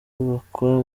kubakwa